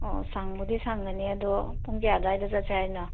ꯑꯣ ꯁꯪꯕꯨꯗꯤ ꯁꯪꯒꯅꯤ ꯑꯗꯣ ꯄꯨꯡ ꯀꯌꯥ ꯑꯗ꯭ꯋꯥꯏꯗ ꯆꯠꯁꯦ ꯍꯥꯏꯅꯣ